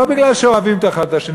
לא כי אוהבים אחד את השני,